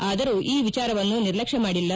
ಆದರೂ ಈ ವಿಚಾರವನ್ನು ನಿರ್ಲಕ್ಷಮಾಡಿಲ್ಲ